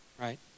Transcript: right